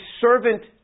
servant